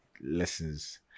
lessons